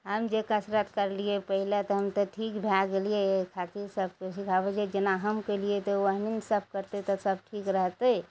हम जे कसरत करलियै पहिले तऽ हम तऽ ठीक भए गेलियै एहि खातिर सबके सिखाबय छियै जेना हम कयलियै तऽ ओहने सब करतइ तऽ सब ठीक रहतइ